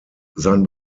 sein